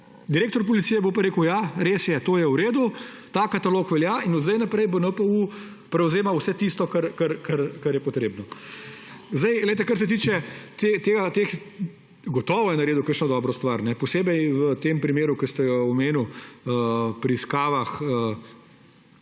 Direktor policije bo pa rekel ja, res je, to je v redu, ta katalog velja in od zdaj naprej bo NPU prevzemal vse tisto, kar je potrebno. Kar se tiče tega, gotovo je NPU naredil kakšno dobro stvar, posebej v tem primeru, ki ste jo omenili, pri preiskavah